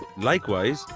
likewise,